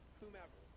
whomever